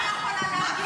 מה קרה?